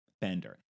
Bender